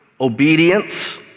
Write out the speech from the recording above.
obedience